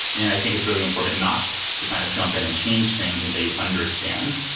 and i think it's really important not to kind of jump in and change things until you understand.